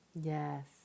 Yes